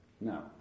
No